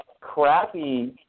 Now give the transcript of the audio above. crappy